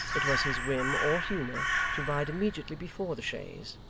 it was his whim or humour to ride immediately before the chaise,